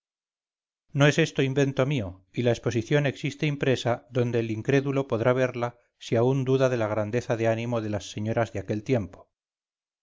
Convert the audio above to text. no es esto invento mío y la exposición existe impresa donde el incrédulo podrá verla si aún duda de la grandeza de ánimo de las señoras de aquel tiempo